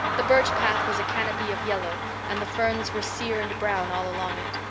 the birch path was a canopy of yellow and the ferns were sear and brown all along it.